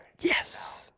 Yes